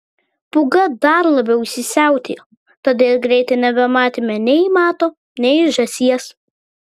pūga dar labiau įsisiautėjo todėl greitai nebematėme nei mato nei žąsies